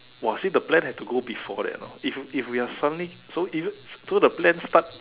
!wah! see the plan has to go before that know if if we're suddenly so if so the plan start